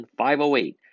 508